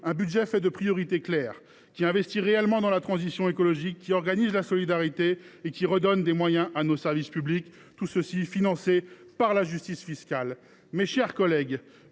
budget fait de priorités claires et de réels investissements dans la transition écologique, qui organise la solidarité et qui redonne des moyens à nos services publics, le tout financé par la justice fiscale. Mes chers collègues,